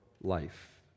life